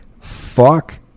fuck